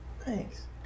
Thanks